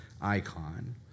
icon